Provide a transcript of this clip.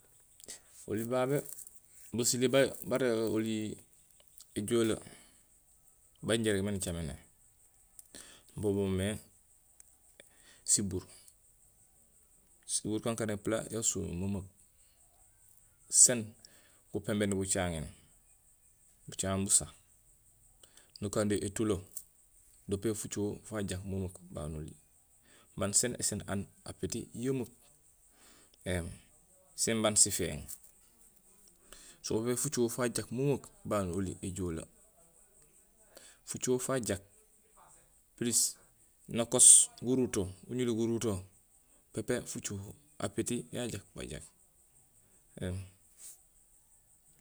Oli babé basilé ba- bara oli éjoola baan injé irégmé ni caméné bo boomé sibuur, sibuur kaan kaan épula ya sumeem memeeksen gupenbéén gucaŋéén, bucaŋéén busah, nukando étulo do pépé fucoho faa jajaak memeek babé oli baan sén séén aan apéti yemeek éém sén baan sifééŋ, so pépé fucoho faa jaak memeek babé noli éjoola, fucoho faa jaak pulus nokoos guruto, guŋuli guruto pépé focoho, apéti yaa jak bajaak éém